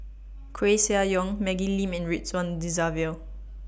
Koeh Sia Yong Maggie Lim and Ridzwan Dzafir